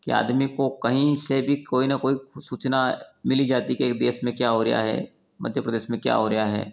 कि आदमी को कहीं से भी कोई न कोई सूचना मिल ही जाती कि एक देश में क्या हो रहा है मध्य प्रदेस में क्या हो रहा है